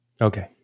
Okay